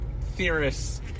theorists